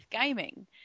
gaming